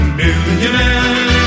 millionaire